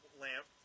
Lamp